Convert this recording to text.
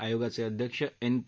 आयोगाचे अध्यक्ष एन के